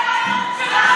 אלו הבנות שלנו.